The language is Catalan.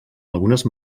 algunes